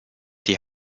die